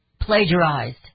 plagiarized